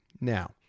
Now